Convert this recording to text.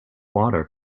water